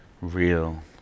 real